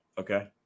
Okay